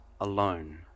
alone